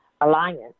Alliance